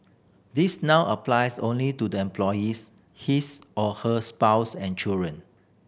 this now applies only to the employees his or her spouse and children